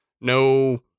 No